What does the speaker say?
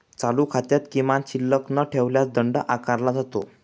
चालू खात्यात किमान शिल्लक न ठेवल्यास दंड आकारला जातो